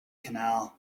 canal